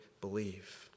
believe